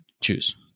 choose